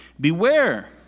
beware